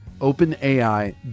OpenAI